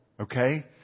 okay